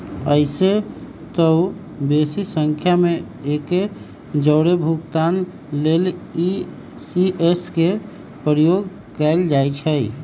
अइसेए तऽ बेशी संख्या में एके जौरे भुगतान लेल इ.सी.एस के प्रयोग कएल जाइ छइ